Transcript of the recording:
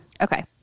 Okay